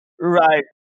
Right